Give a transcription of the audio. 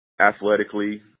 athletically